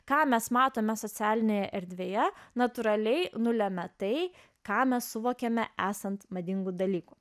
ką mes matome socialinėje erdvėje natūraliai nulemia tai ką mes suvokėme esant madingu dalyku